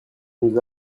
nous